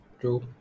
True